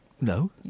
No